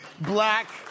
black